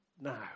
now